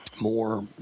more